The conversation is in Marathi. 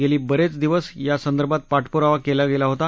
गेली बरेच दिवस या संदर्भात पाठपुरावा केला गेला होता